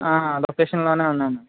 లొకేషన్లోనే ఉన్నాను